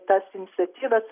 tas iniciatyvas